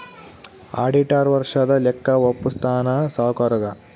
auditor ವರ್ಷದ ಲೆಕ್ಕ ವಪ್ಪುಸ್ತಾನ ಸಾವ್ಕರುಗಾ